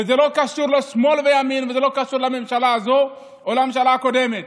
וזה לא קשור לשמאל וימין ולא קשור לממשלה הזאת או לממשלה הקודמת.